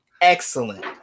excellent